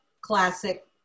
classic